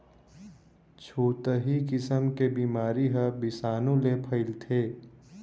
छुतही किसम के बिमारी ह बिसानु ले फइलथे